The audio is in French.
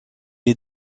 est